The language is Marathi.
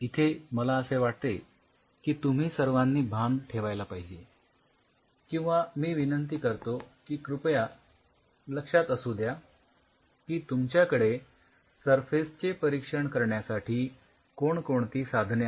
इथे मला असे वाटते की तुम्ही सर्वांनी भान ठेवायला पाहिजे किंवा मी विनंती करतो की कृपया लक्षात असू द्या की तुमच्याकडे सरफेस चे परीक्षण करण्यासाठी कोणकोणती साधने आहेत